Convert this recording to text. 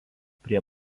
prie